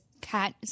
cat